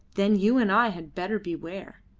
then you and i had better beware.